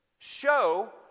Show